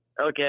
Okay